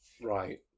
right